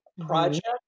project